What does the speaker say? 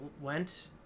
went